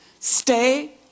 Stay